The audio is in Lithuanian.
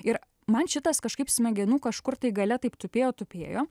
ir man šitas kažkaip smegenų kažkur tai gale taip tupėjo tupėjo